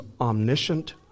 omniscient